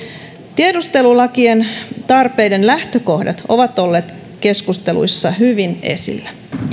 tiedustelulakien tarpeiden lähtökohdat ovat olleet keskusteluissa hyvin esillä